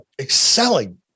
excelling